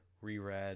reread